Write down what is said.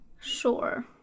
Sure